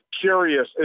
curious